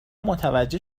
متوجه